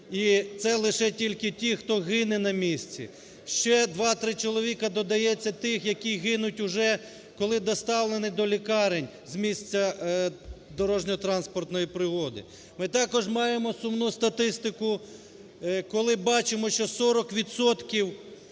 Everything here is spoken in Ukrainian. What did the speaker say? І це лише тільки ті, хто гине на місці. Ще два-три чоловіки додається тих, які гинуть уже, коли доставлені до лікарень з місця дорожньо-транспортної пригоди. Ми також маємо сумну статистику, коли бачимо, що 40